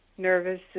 nervous